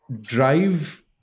drive